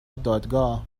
دادگاه